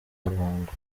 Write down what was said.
ruhango